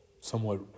somewhat